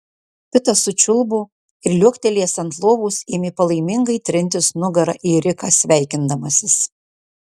pitas sučiulbo ir liuoktelėjęs ant lovos ėmė palaimingai trintis nugara į riką sveikindamasis